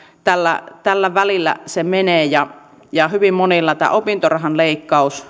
tällä tällä välillä se menee ja ja hyvin monilla tämä opintorahan leikkaus